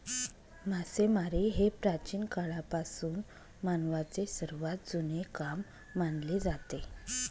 मासेमारी हे प्राचीन काळापासून मानवाचे सर्वात जुने काम मानले जाते